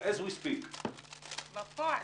אנחנו בסיטואציה שמדינת ישראל מוציאה יותר ממאה